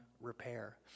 repair